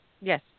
Yes